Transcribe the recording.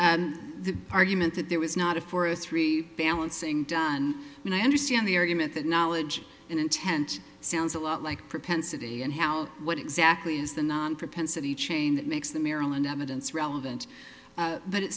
the argument that there was not a forestry balancing done and i understand the argument that knowledge and intent sounds a lot like propensity and how what exactly is the non propensity chain that makes the maryland evidence relevant that it